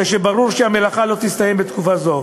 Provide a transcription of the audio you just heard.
כשברור שהמלאכה לא תסתיים בתקופה זו.